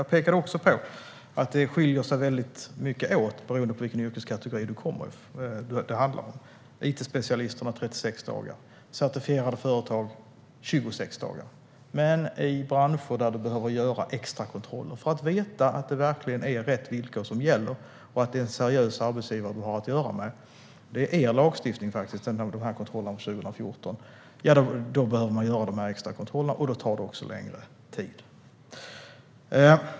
Jag pekade också på att det skiljer sig väldigt mycket beroende på vilken yrkeskategori det handlar om. När det gäller it-specialister är det 36 dagar. När det gäller certifierade företag är det 26 dagar. Men det finns branscher där man behöver göra extrakontroller för att veta att det verkligen är rätt villkor som gäller och att det är en seriös arbetsgivare man har att göra med. Detta med kontrollerna är faktiskt er lagstiftning från 2014. När man behöver göra de extrakontrollerna tar det längre tid.